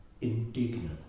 indignant